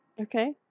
okay